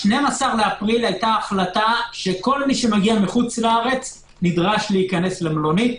ב-12.4 היתה החלטה שכל מי שמגיע מחו"ל נדרש להיכנס למלונית,